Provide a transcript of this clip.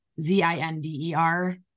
Z-I-N-D-E-R